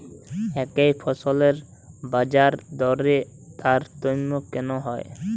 একই ফসলের বাজারদরে তারতম্য কেন হয়?